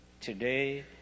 today